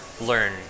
learn